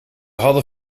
hadden